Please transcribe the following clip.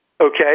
Okay